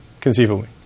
conceivably